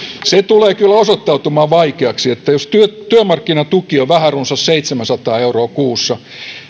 se tulee kyllä osoittautumaan vaikeaksi että jos työmarkkinatuki on vähän runsas seitsemänsataa euroa kuussa